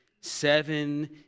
Seven